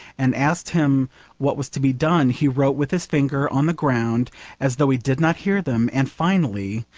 and asked him what was to be done, he wrote with his finger on the ground as though he did not hear them, and finally,